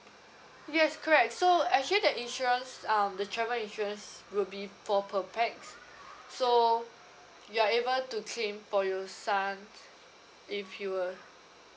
yes correct so actually that insurance um the travel insurance will be for per pax so you're able to claim for your son if you were